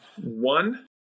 one